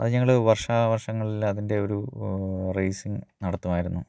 അത് ഞങ്ങൾ വര്ഷാവര്ഷങ്ങളിൽ അതിന്റെ ഒരു റേസിംഗ് നടത്തുമായിരുന്നു